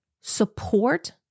support